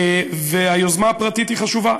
והיוזמה הפרטית היא חשובה.